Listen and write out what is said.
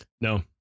no